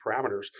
parameters